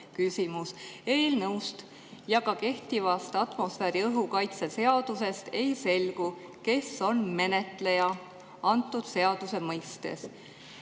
Eelnõust ja ka kehtivast atmosfääriõhu kaitse seadusest ei selgu, kes on menetleja antud seaduse mõistes.